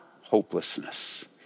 Hopelessness